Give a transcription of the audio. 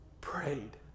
prayed